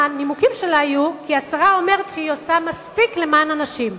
הנימוקים שלה היו: השרה אומרת שהיא עושה מספיק למען הנשים.